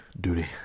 Duty